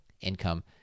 income